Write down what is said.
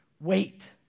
wait